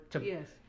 Yes